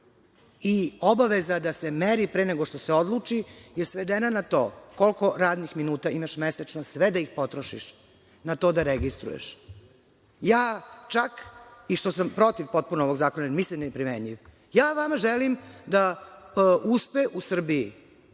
I obaveza da se meri pre nego što se odluči je svedena na to koliko radnih minuta imaš mesečno, sve da ih potrošiš na to da registruješ. Ja čak, i što sam protiv potpuno ovog zakona, jer mislim da je neprimenjiv, ja vama želim da uspe u Srbiji,